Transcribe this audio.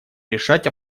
решать